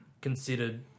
considered